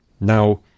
Now